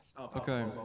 Okay